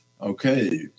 Okay